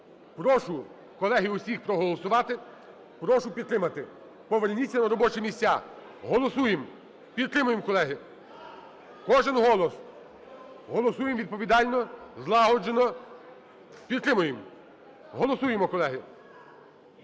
Прошу, колеги, усіх проголосувати, прошу підтримати. Поверніться на робочі місця. Голосуємо. Підтримуємо, колеги. Кожен голос. Голосуємо відповідально, злагоджено. Підтримуємо. Голосуємо, колеги.